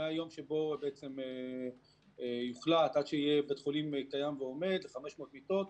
מהיום שבו יוחלט עד שיהיה בית חולים קיים ועומד ל-500 מיטות,